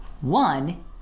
One